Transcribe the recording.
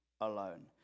alone